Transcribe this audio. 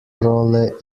rolle